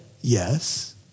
yes